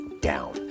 down